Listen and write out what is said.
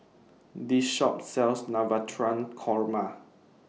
This Shop sells Navratan Korma